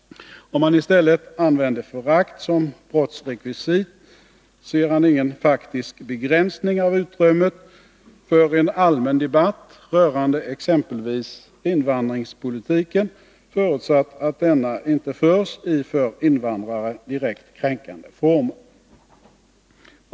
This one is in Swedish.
Om man i stället använder förakt som brottsrekvisit, ser han ingen faktisk begränsning av utrymmet för en allmän debatt rörande exempelvis invandringspolitiken, förutsatt att denna inte förs i för invandrare direkt kränkande former.